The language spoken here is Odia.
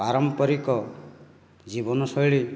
ପାରମ୍ପରିକ ଜୀବନ ଶୈଳୀ